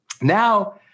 Now